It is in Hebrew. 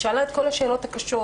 היא שאלה את כל השאלות הקשות,